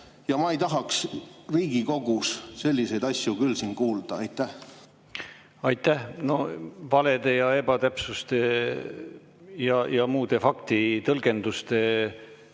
Ma ei tahaks Riigikogus selliseid asju küll kuulda. Aitäh! No valede ja ebatäpsuste ja muude faktitõlgenduste